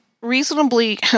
reasonably